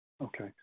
Okay